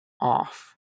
off